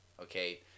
okay